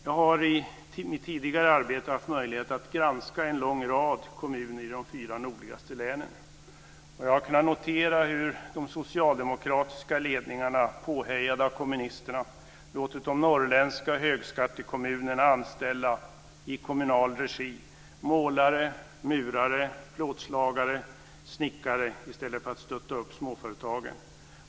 Jag har i mitt tidigare arbete haft möjlighet att granska en lång rad kommuner i de fyra nordligaste länen. Jag har kunnat notera hur de socialdemokratiska ledningarna påhejade av kommunisterna låtit de norrländska högskattekommunerna i kommunal regi anställa målare, murare, plåtslagare och snickare i stället för att stötta upp småföretagen.